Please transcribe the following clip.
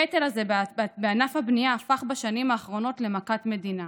הקטל הזה בענף הבנייה הפך בשנים האחרונות למכת מדינה.